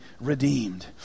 redeemed